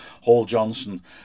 Hall-Johnson